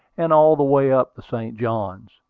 and all the way up the st. johns.